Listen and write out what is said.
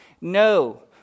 No